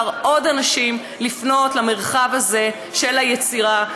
עוד אנשים לפנות למרחב הזה של היצירה,